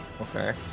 Okay